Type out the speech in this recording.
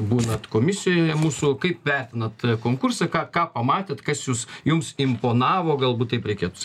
būnat komisijoje mūsų kaip vertinat konkurse ką ką pamatėt kas jus jums imponavo galbūt taip reikėtų